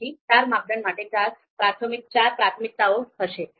તેથી ચાર માપદંડ માટે ચાર પ્રાથમિકતાઓ હશે